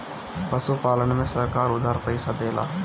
पशुपालन में सरकार उधार पइसा देला?